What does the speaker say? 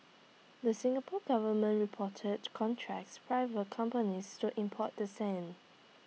the Singapore Government reported contracts private companies to import the sand